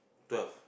twelve